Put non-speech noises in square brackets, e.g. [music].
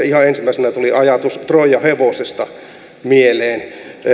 [unintelligible] ihan ensimmäisenä tuli ajatus troijan hevosesta mieleen